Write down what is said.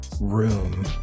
room